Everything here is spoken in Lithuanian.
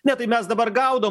ne tai mes dabar gaudom